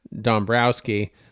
Dombrowski